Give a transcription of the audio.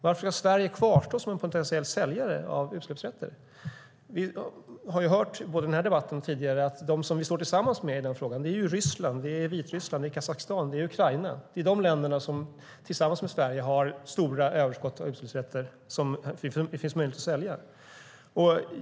Varför ska Sverige kvarstå som en potentiell säljare av utsläppsrätter? Vi har hört, både i den här debatten och tidigare, att de som vi står tillsammans med i den här frågan är Ryssland, Vitryssland, Kazakstan och Ukraina. Det är dessa länder som tillsammans med Sverige har stora överskott av utsläppsrätter som det finns möjlighet att sälja.